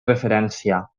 referència